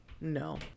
no